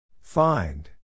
Find